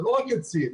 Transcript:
אלה לא רק עצים.